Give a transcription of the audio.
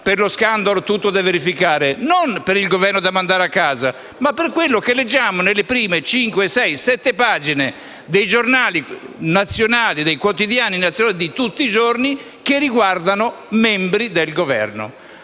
per lo scandalo, tutto da verificare, non per il Governo da mandare a casa, ma per quello che leggiamo nelle prime, cinque, sei, sette pagine dei quotidiani nazionali di tutti i giorni che riguardano membri del Governo.